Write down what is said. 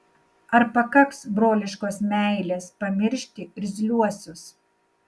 ar pakaks broliškos meilės pamiršti irzliuosius